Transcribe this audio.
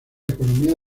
economía